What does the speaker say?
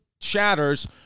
shatters